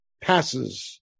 passes